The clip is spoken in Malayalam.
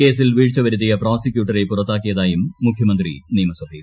കേസിൽ വീഴ്ച വരുത്തിയ പ്രോസിക്യൂട്ടറെ പുറത്താക്കിയതായും മുഖ്യമുന്തി നിയമസഭയിൽ